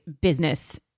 business